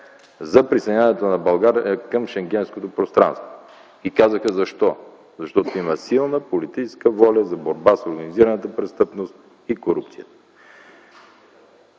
за присъединяването на България към Шенгенското пространство. И казаха защо - защото има силна политическа воля за борба с организираната престъпност и корупцията.